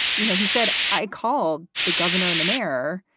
you know, he said, i called the governor and the mayor.